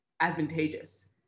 advantageous